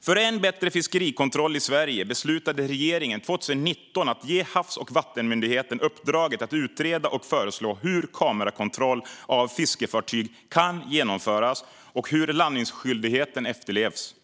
För än bättre fiskerikontroll i Sverige beslutade regeringen 2019 att ge Havs och vattenmyndigheten uppdraget att utreda och föreslå hur kamerakontroll av fiskefartyg kan genomföras och hur landningsskyldigheten efterlevs.